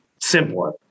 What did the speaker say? simpler